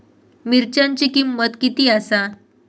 मिरच्यांची किंमत किती आसा?